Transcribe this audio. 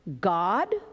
god